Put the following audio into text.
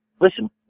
listen